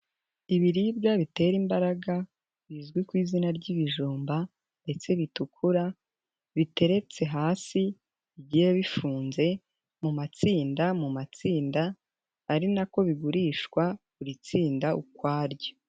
Ibiribwa bitera imbaraga bizwi ku izina ry'ibijumba ndetse bitukura, biteretse hasi bigiye bifunze mu matsinda mu matsinda, ari nako bigurishwa buri tsinda ukwaryo.